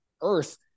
Earth